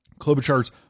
Klobuchar's